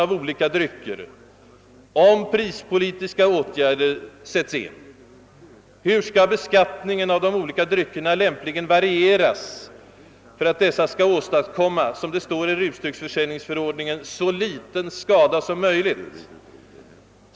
Hur skall beskattningen — om Pprispolitiska åtgärder sätts in — av de olika dryckerna lämpligen varieras för att man med alkoholförsäljningen skall åstadkomma, som det heter i rusdrycksförsäljningsförordningen, så liten skada som möjligt?